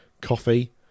coffee